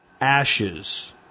Ashes